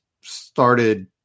started